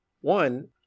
One